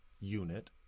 unit